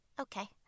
Okay